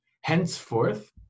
Henceforth